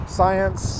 science